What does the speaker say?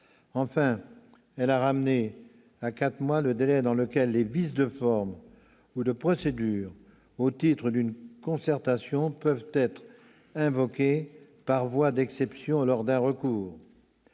Enfin, elle a ramené à quatre mois le délai durant lequel les vices de forme ou de procédure au titre d'une concertation peuvent être invoqués par voie d'exception lors d'un recours.